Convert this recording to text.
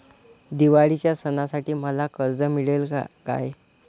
दिवाळीच्या सणासाठी मला कर्ज मिळेल काय?